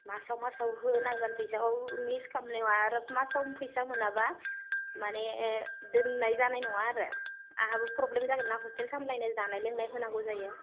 मासआव मासआव होनांगोन फैसाखौ मिस खामनायाव आरो मासआव फैसा मोनाबा माने दोननाय जानाय नङा आरो आंहाबो प्रब्लेम जागोन ना हस्टेल सामलायनो जानाय लोंनाय होनांगौ जायो